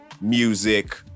music